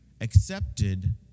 accepted